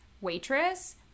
Waitress